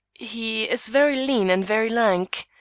he is very lean and very lank.